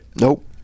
nope